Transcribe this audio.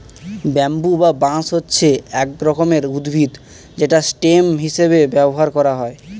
bamboo বা বাঁশ হচ্ছে এক রকমের উদ্ভিদ যেটা স্টেম হিসেবে ব্যবহার করা হয়